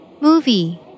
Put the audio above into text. Movie